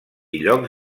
llocs